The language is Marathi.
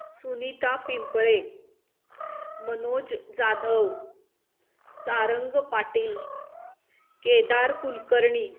सुनीता पिंपळे मनोज जाधव सारंग पाटील केदार कुलकर्णी